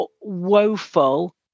Woeful